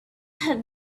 had